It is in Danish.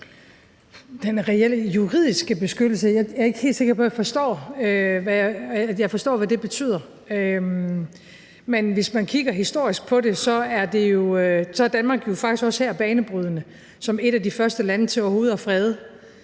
»Den reelle juridiske beskyttelse« – jeg er ikke helt sikker på, jeg forstår, hvad det betyder. Men hvis man kigger historisk på det, er Danmark jo faktisk også her banebrydende som et af de første lande til overhovedet at frede